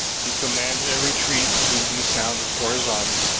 he command a retreat to be sounded for his army,